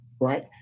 Right